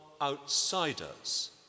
outsiders